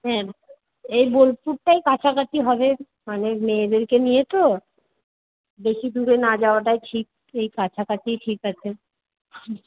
হ্যাঁ এই বোলপুরটাই কাছাকাছি হবে মানে মেয়েদেরকে নিয়ে তো বেশি দূরে না যাওয়াটাই ঠিক এই কাছাকাছিই ঠিক আছে